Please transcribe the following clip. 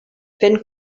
fent